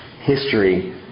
history